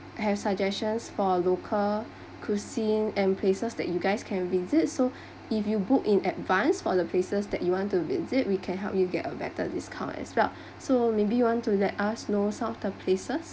have suggestions for a local cuisine and places that you guys can visit so if you book in advance for the places that you want to visit we can help you get a better discount as well so maybe you want to let us know some of the places